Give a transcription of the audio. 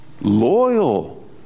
loyal